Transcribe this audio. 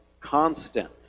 constant